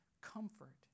comfort